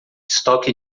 estoque